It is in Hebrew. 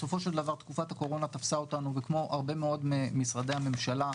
בסופו של דבר תקופת הקורונה תפסה אותנו וכמו הרבה מאוד ממשרדי הממשלה,